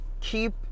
keep